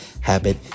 habit